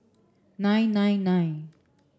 nine nine nine